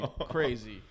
Crazy